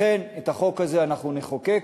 לכן את החוק הזה אנחנו נחוקק.